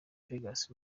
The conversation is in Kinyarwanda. vegas